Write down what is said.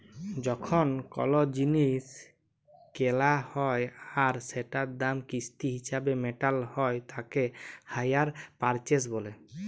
যখল কল জিলিস কেলা হ্যয় আর সেটার দাম কিস্তি হিছাবে মেটাল হ্য়য় তাকে হাইয়ার পারচেস ব্যলে